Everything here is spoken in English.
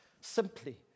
Simply